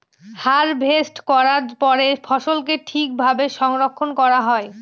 harvest করার পরে ফসলকে ঠিক ভাবে সংরক্ষন করা হয়